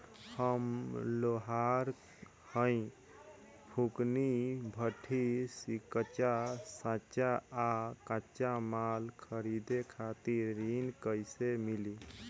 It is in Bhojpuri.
हम लोहार हईं फूंकनी भट्ठी सिंकचा सांचा आ कच्चा माल खरीदे खातिर ऋण कइसे मिली?